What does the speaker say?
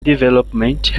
development